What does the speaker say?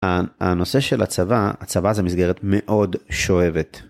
הנושא של הצבא, הצבא זה מסגרת מאוד שואבת.